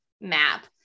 map